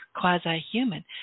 quasi-human